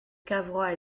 cavrois